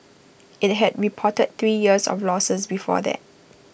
IT had reported three years of losses before that